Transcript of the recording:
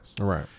Right